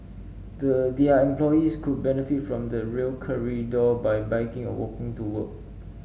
the their employees could benefit from the Rail Corridor by biking or walking to work